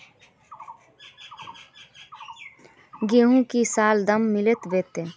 गेंहू की ये साल दाम मिलबे बे?